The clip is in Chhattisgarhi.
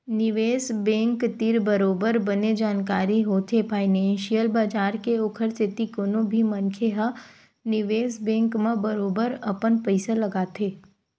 निवेस बेंक तीर बरोबर बने जानकारी होथे फानेंसियल बजार के ओखर सेती कोनो भी मनखे ह निवेस बेंक म बरोबर अपन पइसा लगाथे